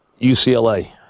UCLA